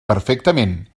perfectament